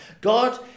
God